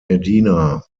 edina